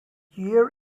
year